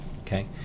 okay